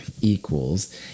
equals